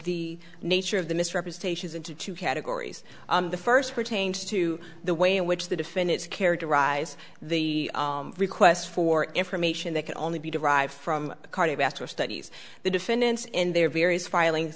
the nature of the misrepresentations into two categories the first pertains to the way in which the defendants characterize the requests for information that can only be derived from cardiovascular studies the defendants in their various filings